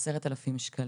על סך 10,000 ₪.